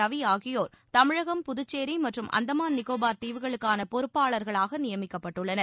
ரவி ஆகியோர் தமிழகம் புதுச்சேரி மற்றும் அந்தமான் நிகோபார் தீவுகளுக்கான பொறுப்பாளர்களாக நியமிக்கப்பட்டுள்ளனர்